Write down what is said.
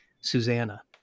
Susanna